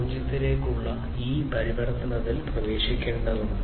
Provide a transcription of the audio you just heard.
0 ലേക്കുള്ള ഈ പരിവർത്തനത്തിലേക്ക് പ്രവേശിക്കേണ്ടതുണ്ട്